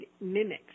mimics